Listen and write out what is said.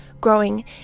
growing